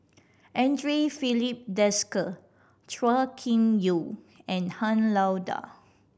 Andre Filipe Desker Chua Kim Yeow and Han Lao Da